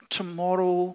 Tomorrow